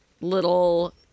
little